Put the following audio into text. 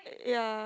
ya